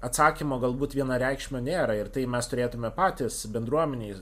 atsakymo galbūt vienareikšmio nėra ir tai mes turėtume patys bendruomenėj